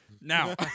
now